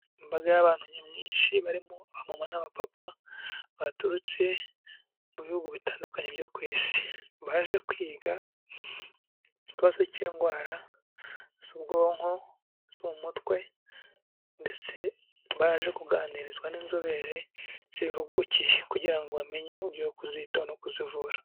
Imbaga y'abantu nyamwinshi barimo abamama n'abapapa baturutse mu bihugu bitandukanye byo ku isi, baje kwiga ikibazo cy'indwara z'ubwonko, zo mu mutwe ndetse baje kuganirizwa n'inzobere zibihugukiye, kugira ngo bamenye uburyo bwo kuzitaho no kuzivura.